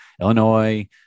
Illinois